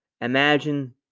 imagine